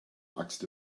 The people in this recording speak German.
axt